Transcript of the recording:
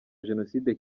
jenoside